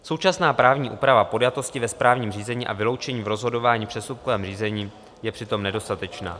Současná právní úprava podjatosti ve správním řízení a vyloučení v rozhodování v přestupkovém řízení je přitom nedostatečná.